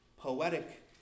poetic